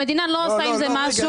המדינה לא עושה עם זה משהו.